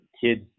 kids